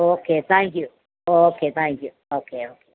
okay thank you okay thank you okay okay